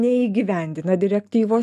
neįgyvendina direktyvos